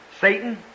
Satan